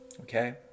okay